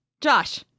Josh